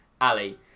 Ali